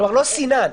לא סיננת.